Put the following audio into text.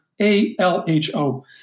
A-L-H-O